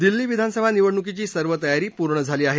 दिल्ली विधानसभा निवडणुकीची सर्व तयारी पूर्ण झाली आहे